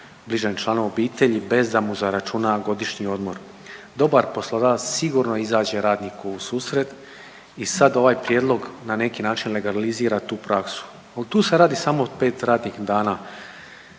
bližem članu obitelji bez da mu zaračuna godišnji odmor. Dobar poslodavac sigurno izađe radniku u susret i sad ovaj prijedlog na neki način legalizira tu praksu. Tu se radi samo o 5 radnih dana